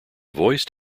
voiced